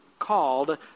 called